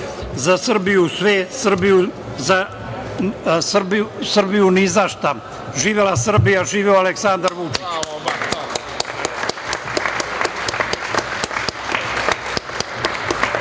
za Srbiju sve, Srbiju ni za šta. Živela Srbija, živeo Aleksandar Vučić.